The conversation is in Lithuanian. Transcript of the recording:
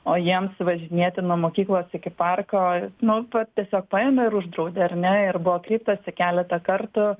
o jiems važinėti nuo mokyklos iki parko nu va tiesiog paėmė ir uždraudė ar ne ir buvo kreiptasi keletą kartų